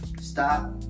stop